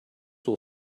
will